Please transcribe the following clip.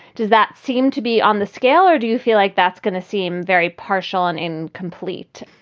does that seem to be on the scale or do you feel like that's going to seem very partial and incomplete?